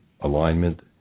alignment